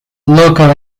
local